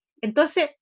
entonces